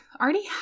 already